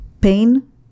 Pain